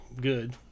good